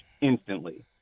instantly